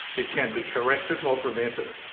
it can be corrected or prevented.